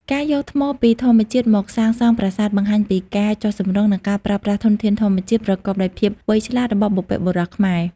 ការយកថ្មពីធម្មជាតិមកសាងសង់ប្រាសាទ បង្ហាញពី ការចុះសម្រុង និងការប្រើប្រាស់ធនធានធម្មជាតិ ប្រកបដោយភាពវៃឆ្លាតរបស់បុព្វបុរសខ្មែរ។